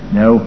no